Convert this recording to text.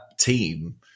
team